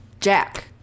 jack